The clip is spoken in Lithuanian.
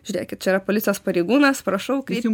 žiūrėkit čia yra policijos pareigūnas prašau kreiptis